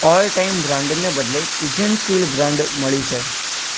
all time બ્રાંડને બદલે Pigeon steel brand મળી છે